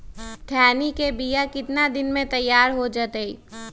खैनी के बिया कितना दिन मे तैयार हो जताइए?